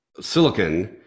silicon